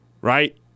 right